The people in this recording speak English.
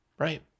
right